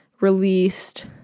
released